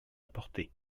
apporté